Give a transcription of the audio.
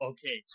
Okay